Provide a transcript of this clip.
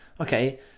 okay